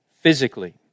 physically